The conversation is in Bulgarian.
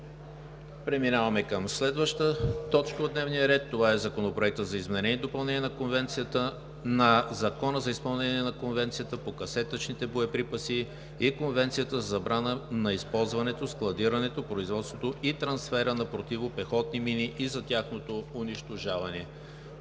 Няма. Подлагам на първо гласуване Законопроект за изменение и допълнение на Закона за изпълнение на Конвенцията по касетъчните боеприпаси и Конвенцията за забраната на използването, складирането, производството и трансфера на противопехотни мини и за тяхното унищожаване,